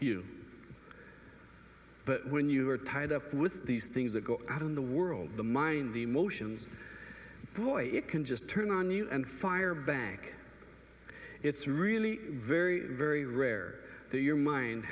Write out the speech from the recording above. you but when you are tied up with these things that go out in the world the mind emotions boy it can just turn on you and fire bank it's really very very rare to your mind